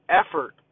effort